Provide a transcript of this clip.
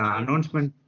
announcement